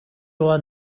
яваа